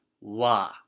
wa